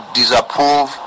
disapprove